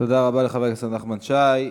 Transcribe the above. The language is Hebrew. תודה רבה לחבר הכנסת נחמן שי.